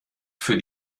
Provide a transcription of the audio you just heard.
für